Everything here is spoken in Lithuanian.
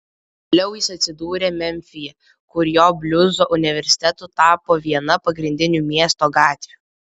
vėliau jis atsidūrė memfyje kur jo bliuzo universitetu tapo viena pagrindinių miesto gatvių